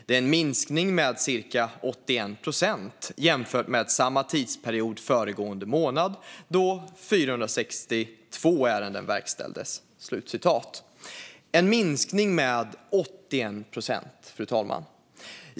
Det är en minskning med cirka 81 procent jämfört med samma tidsperiod föregående månad då 462 ärenden verkställdes." En minskning med 81 procent, fru talman!